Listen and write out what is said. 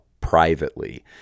privately